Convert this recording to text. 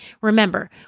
Remember